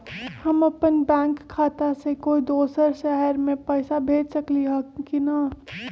हम अपन बैंक खाता से कोई दोसर शहर में पैसा भेज सकली ह की न?